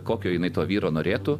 kokio jinai to vyro norėtų